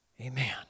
amen